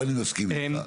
פה אני מסכים איתך.